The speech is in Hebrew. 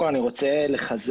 רוצה.